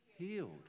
healed